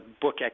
book